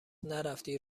نرفتی